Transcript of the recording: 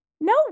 No